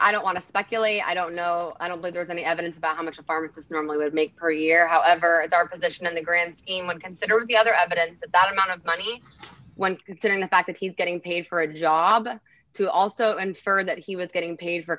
i don't want to speculate i don't know i don't think there's any evidence about how much a pharmacist normally would make per year however it's our position in the grand scheme when considering the other evidence that amount of money when considering the fact that he's getting paid for a job to also infer that he was getting paid for